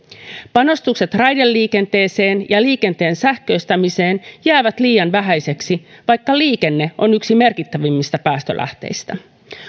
panostukset raideliikenteeseen ja liikenteen sähköistämiseen jäävät liian vähäisiksi vaikka liikenne on yksi merkittävimmistä päästölähteistä